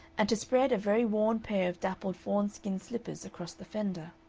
and to spread a very worn pair of dappled fawn-skin slippers across the fender.